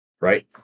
Right